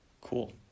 Cool